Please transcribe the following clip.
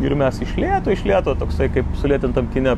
ir mes iš lėto iš lėto toksai kaip sulėtintam kine